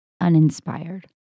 uninspired